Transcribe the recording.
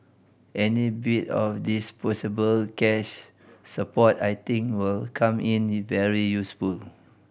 any bit of disposable cash support I think will come in very useful